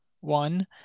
one